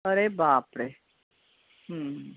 अरे बापरे